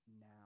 now